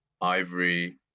ivory